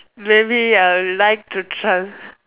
maybe I'll like to tran